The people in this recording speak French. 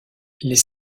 les